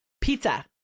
pizza